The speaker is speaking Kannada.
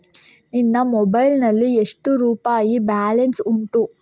ನಿನ್ನ ಮೊಬೈಲ್ ನಲ್ಲಿ ಎಷ್ಟು ರುಪಾಯಿ ಬ್ಯಾಲೆನ್ಸ್ ಉಂಟು?